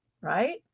right